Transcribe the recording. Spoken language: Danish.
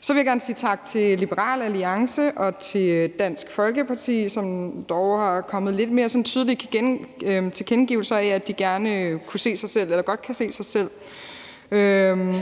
Så vil jeg gerne sige tak til Liberal Alliance og til Dansk Folkeparti, som er kommet med sådan lidt mere tydelige tilkendegivelser af, at de godt kan se sig selv